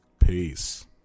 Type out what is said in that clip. Peace